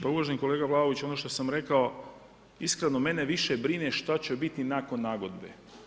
Pa uvaženi kolega Vlaović ono što sam rekao iskreno mene više brine šta će biti nakon nagodbe.